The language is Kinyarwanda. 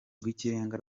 rw’ikirenga